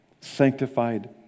sanctified